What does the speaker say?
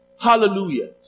Hallelujah